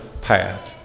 path